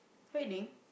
bathing